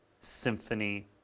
symphony